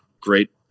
great